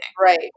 right